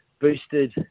boosted